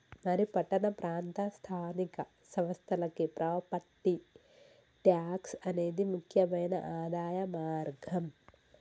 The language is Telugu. మరి పట్టణ ప్రాంత స్థానిక సంస్థలకి ప్రాపట్టి ట్యాక్స్ అనేది ముక్యమైన ఆదాయ మార్గం